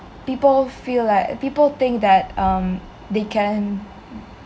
people feel like people think that um they can